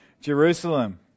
Jerusalem